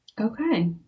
Okay